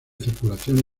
circulación